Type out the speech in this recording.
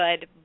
good